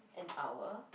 an hour